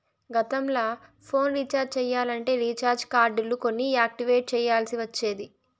గతంల phone recharge చెయ్యాలంటే recharge కార్డులు కొని యాక్టివేట్ చెయ్యాల్ల్సి ఒచ్చేది